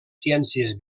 ciències